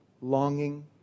longing